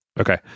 okay